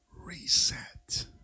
Reset